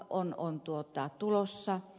postidirektiivi on tulossa